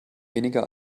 weniger